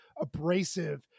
abrasive